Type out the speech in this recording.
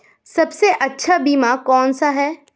सबसे अच्छा बीमा कौन सा है?